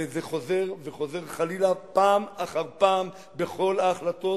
וזה חוזר וחוזר חלילה פעם אחר פעם בכל ההחלטות